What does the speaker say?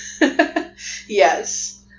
Yes